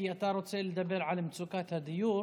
כי אתה רוצה לדבר על מצוקת הדיור,